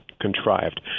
contrived